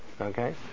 Okay